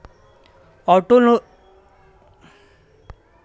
auto loan ले के गरीब आदमी आपन खुद के रोजगार शुरू कर सकत बाटे